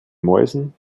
mäusen